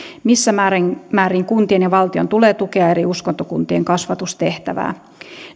missä määrin määrin kuntien ja valtion tulee tukea eri uskontokuntien kasvatustehtävää